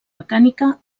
mecànica